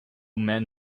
men